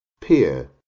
peer